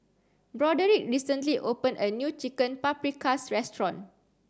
Broderick recently open a new Chicken Paprikas restaurant